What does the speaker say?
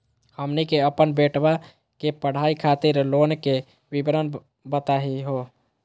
हमनी के अपन बेटवा के पढाई खातीर लोन के विवरण बताही हो?